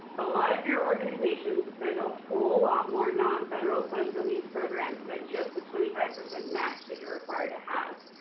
a lot of your organizations spend a whole lot more non-federal funds on these programs than just the twenty five percent match you're required to have.